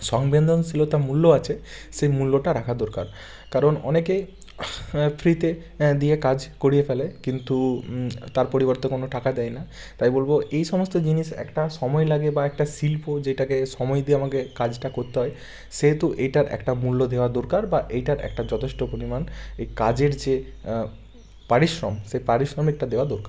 সংবেদনশীলতা মূল্য আছে সে মূল্যটা রাখা দরকার কারণ অনেকে ফ্রিতে দিয়ে কাজ করিয়ে ফেলে কিন্তু তার পরিবর্তে কোনো টাকা দেয় না তাই বলবো এই সমস্ত জিনিস একটা সময় লাগে বা একটা শিল্প যেটাকে সময় দিয়ে আমাকে কাজটা করতে হয় সেহেতু এটার একটা মূল্য দেওয়া দোরকার বা এইটার একটা যথেষ্ট পরিমাণ এই কাজের যে পারিশ্রম সে পারিশ্রমিকটা দেওয়া দরকার